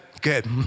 Good